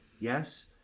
yes